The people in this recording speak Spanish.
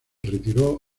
retiró